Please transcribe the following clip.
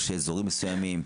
או אזורים מסוימים,